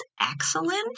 excellent